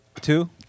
Two